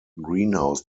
greenhouse